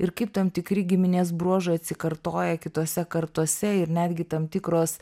ir kaip tam tikri giminės bruožai atsikartoja kitose kartose ir netgi tam tikros